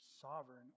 sovereign